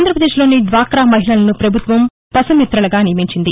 ఆంధ్రాపదేశ్లోని డ్వాకా మహిళలను ప్రభుత్వం పశుమిత్రలుగా నియమించింది